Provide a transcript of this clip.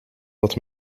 dat